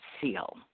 Seal